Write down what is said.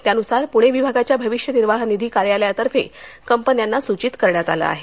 त्यानुसार पुणे विभागाच्या भविष्य निर्वाह निधी कार्यालयातर्फे कंपन्यांना सूचित करण्यात आलं आहे